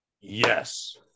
Yes